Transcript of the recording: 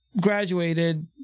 graduated